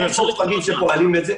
יש אין-ספור צוותים שבוחנים את זה.